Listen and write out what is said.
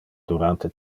durante